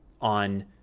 on